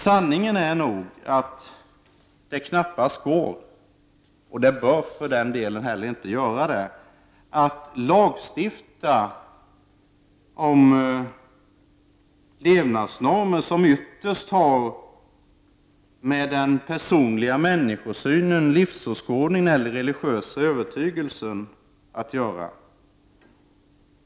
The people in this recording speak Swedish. Sanningen är nog att det knappast går, och det bör för den delen heller inte göra det, att lagstifta om levnadsnormer, vilka ytterst har med den personliga människosynen, livsåskådning eller religiös övertygelse att göra.